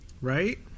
Right